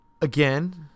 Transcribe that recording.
again